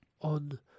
on